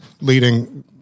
leading